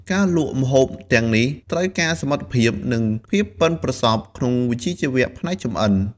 ការលក់ម្ហូបទាំងនេះ ត្រូវការសមត្ថភាព និងភាពប៉ិនប្រសប់ក្នុងវិជ្ជាជីវៈផ្នែកចម្អិន។